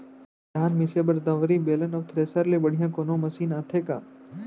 धान मिसे बर दंवरि, बेलन अऊ थ्रेसर ले बढ़िया कोनो मशीन आथे का?